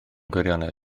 gwirionedd